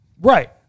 Right